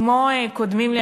כמו הקודמים לי,